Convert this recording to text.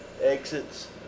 exits